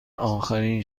آخرین